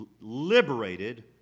liberated